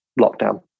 lockdown